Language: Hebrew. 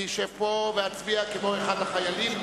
אני אשב פה ואצביע כמו אחד החיילים.